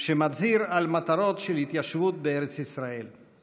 שמצהיר על מטרות של התיישבות בארץ ישראל.